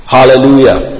Hallelujah